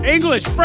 English